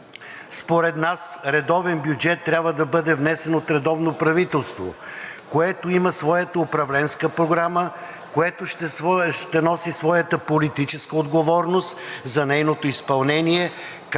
Според нас редовен бюджет трябва да бъде внесен от редовно правителство, което има своята управленска програма, което ще носи своята политическа отговорност за нейното изпълнение,